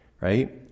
right